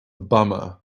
bummer